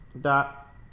Dot